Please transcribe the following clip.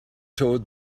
told